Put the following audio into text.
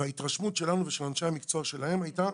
וההתרשמות שלנו ושל אנשי המקצוע שלהם הייתה,